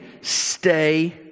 stay